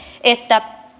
että